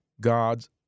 God's